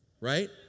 Right